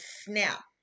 SNAP